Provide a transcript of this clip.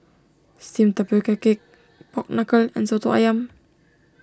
Steamed Tapioca Cake Pork Knuckle and Soto Ayam